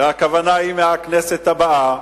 והכוונה היא מהכנסת הבאה,